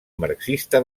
marxista